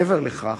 מעבר לכך,